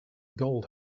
gold